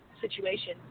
situation